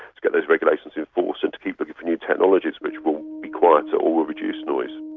to get those regulations enforced and to keep looking for new technologies which will be quieter or will reduce noise.